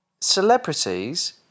celebrities